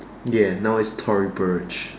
ya now it's Tory Burch